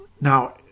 Now